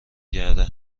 گرده